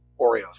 Oreos